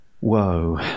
Woe